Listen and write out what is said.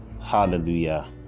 hallelujah